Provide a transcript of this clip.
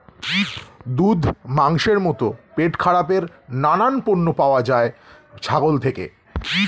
দুধ, মাংসের মতো পেটখারাপের নানান পণ্য পাওয়া যায় ছাগল থেকে